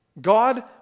God